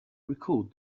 recalled